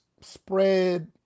spread